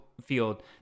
field